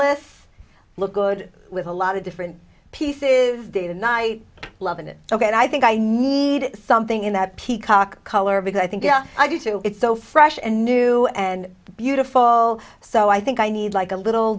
unless i look good with a lot of different pieces of data now i love it again i think i need something in that peacock color because i think yeah i do too it's so fresh and new and beautiful so i think i need like a little